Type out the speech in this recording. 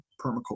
permaculture